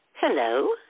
Hello